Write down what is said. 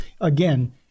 again